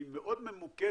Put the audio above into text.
שהיא מאוד ממוקדת